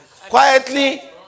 quietly